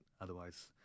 Otherwise